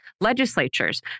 legislatures